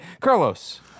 Carlos